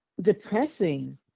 depressing